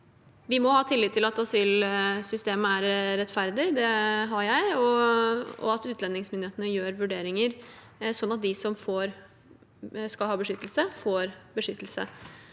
Vi må ha tillit til at asylsystemet er rettferdig – det har jeg – og at utlendingsmyndighetene gjør vurderinger sånn at de som skal ha beskyttelse, får beskyttelse.